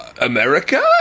America